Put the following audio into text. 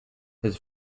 his